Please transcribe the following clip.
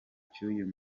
cy’uyu